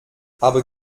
aber